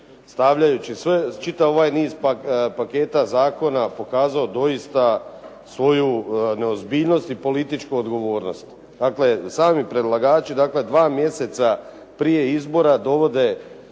stavljajući sve, čitav niz paketa zakona pokazao doista svoju neozbiljnost i političku odgovornost. Dakle, sami predlagači dakle, dva mjeseca prije izbora dovode